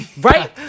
Right